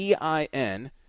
EIN